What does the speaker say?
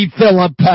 Philip